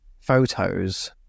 photos